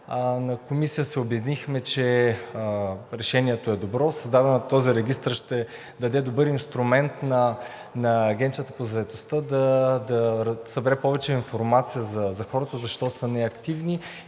На Комисията се убедихме, че решението е добро – създаването на този регистър ще даде добър инструмент на Агенцията по заетостта да събере повече информация за хората защо са неактивни